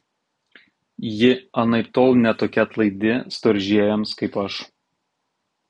ji anaiptol ne tokia atlaidi storžieviams kaip aš